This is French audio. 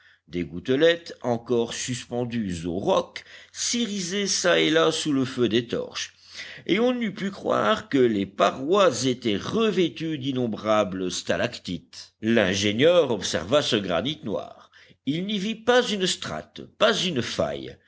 des gouttelettes encore suspendues aux rocs s'irisaient çà et là sous le feu des torches et on eût pu croire que les parois étaient revêtues d'innombrables stalactites l'ingénieur observa ce granit noir il n'y vit pas une strate pas une faille